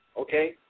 okay